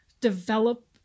develop